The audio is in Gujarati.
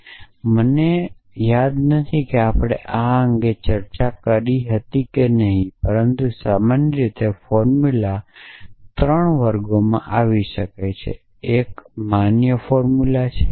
અને મને યાદ નથી કે આપણે આ અંગે ચર્ચા કરી હતી કે નહીં પરંતુ સામાન્ય રીતે ફોર્મુલા ત્રણ વર્ગોમાં આવી શકે છે તે એક માન્ય ફોર્મુલા છે